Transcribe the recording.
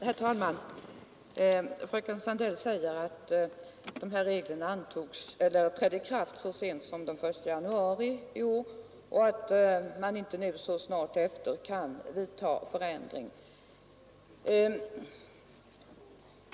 Herr talman! Fröken Sandell säger att de här reglerna trädde i kraft så sent som den 1 januari i år och att man inte nu så snart efteråt kan ändra dem.